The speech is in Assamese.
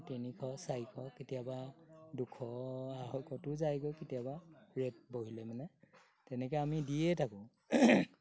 তিনিশ চাৰিশ কেতিয়াবা দুশ আঢ়ৈশটো যায়গৈ কেতিয়াবা ৰেট বহিলে মানে তেনেকৈ আমি দিয়ে থাকোঁ